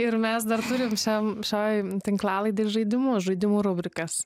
ir mes dar turim šiam šioj tinklalaidės žaidimus žaidimų rubrikas